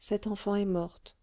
cette enfant est morte